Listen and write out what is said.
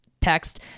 text